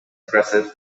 aggressive